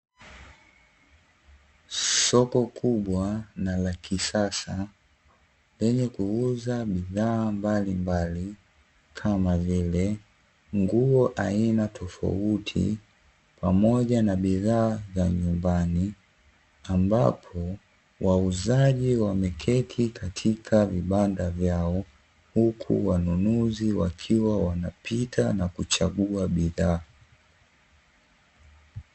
Soko kubwa na la kisasa lenye kuuza bidhaa mbalimbali, kama vile nguo za aina tofauti pamoja na bidhaa za nyumbani; ambapo wauzaji wameketi katika vibanda vyao, huku wanunuzi wakiwa wanapita na kuchagua bidhaa.